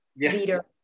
leader